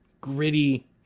gritty